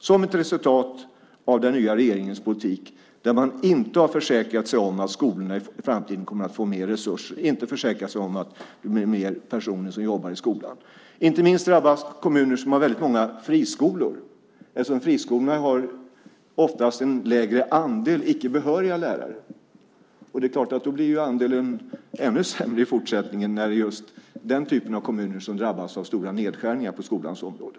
Det är ett resultat av den nya regeringens politik där man inte har försäkrat sig om att skolorna i framtiden kommer att få mer resurser och fler personer som jobbar i skolan. Inte minst drabbas de kommuner som har många friskolor. Dessa har oftast en högre andel icke behöriga lärare. Andelen blir i fortsättningen ännu högre när just den typen av kommuner drabbas av stora nedskärningar på skolans område.